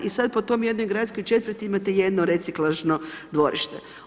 I sada po tome jednoj gradskoj četvrti imate jedno reciklažno dvorište.